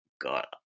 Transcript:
God